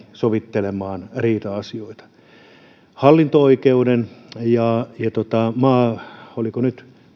sovittelemaan riita asioita hallinto oikeuden ja oliko nyt